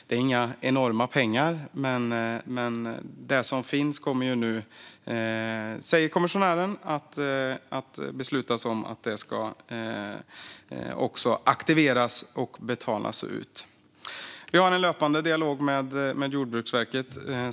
Det är inga enorma pengar, men kommissionären säger att det ska beslutas om att det som finns nu kommer att aktiveras och betalas ut. Vi har som sagt en löpande dialog med Jordbruksverket.